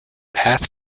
path